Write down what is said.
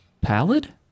Pallid